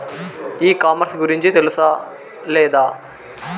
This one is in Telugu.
ఈ కామర్స్ గురించి తెలుసా లేదా?